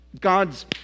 God's